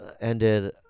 ended